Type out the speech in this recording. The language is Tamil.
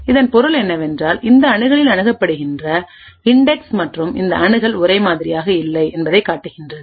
இதன் பொருள் என்னவென்றால் இந்த அணுகலில்அணுகப்படுகின்ற இன்டெக்ஸ் மற்றும் இந்த அணுகல் ஒரே மாதிரியாக இல்லை என்பதனை காட்டுகின்றது